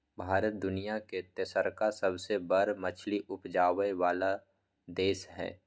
भारत दुनिया के तेसरका सबसे बड़ मछली उपजाबै वाला देश हय